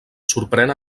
sorprèn